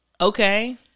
okay